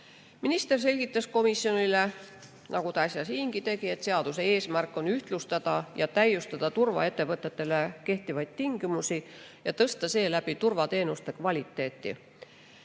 Minister selgitas komisjonile, nagu ta äsja siingi tegi, et seaduse eesmärk on ühtlustada ja täiustada turvaettevõtetele kehtivaid tingimusi ja tõsta seeläbi turvateenuste kvaliteeti. Eelnõuga